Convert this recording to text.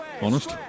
honest